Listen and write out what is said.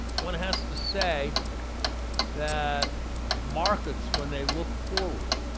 one has to say that markets, when they look forward,